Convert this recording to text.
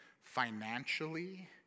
financially